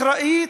אחראית.